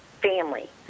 family